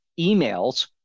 emails